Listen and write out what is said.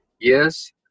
Yes